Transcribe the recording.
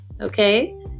Okay